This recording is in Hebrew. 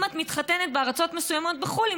אם את מתחתנת בארצות מסוימות בחו"ל,